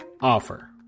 offer